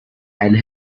and